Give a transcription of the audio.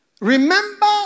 remember